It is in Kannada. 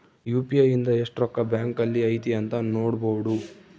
ಯು.ಪಿ.ಐ ಇಂದ ಎಸ್ಟ್ ರೊಕ್ಕ ಬ್ಯಾಂಕ್ ಅಲ್ಲಿ ಐತಿ ಅಂತ ನೋಡ್ಬೊಡು